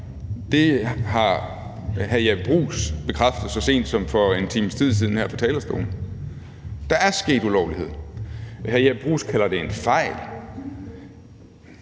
Det har hr. Jeppe Bruus bekræftet så sent som for en times tid siden her fra talerstolen. Der er sket ulovligheder. Hr. Jeppe Bruus kalder det en fejl.